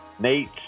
Nate